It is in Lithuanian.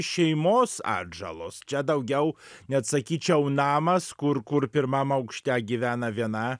šeimos atžalos čia daugiau net sakyčiau namas kur kur pirmam aukšte gyvena viena